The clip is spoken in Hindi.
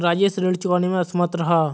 राजेश ऋण चुकाने में असमर्थ रहा